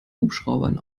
hubschraubern